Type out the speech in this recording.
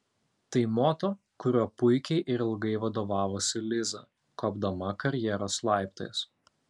tai moto kuriuo puikiai ir ilgai vadovavosi liza kopdama karjeros laiptais